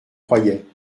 croyais